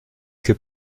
que